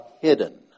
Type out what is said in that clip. hidden